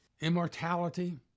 immortality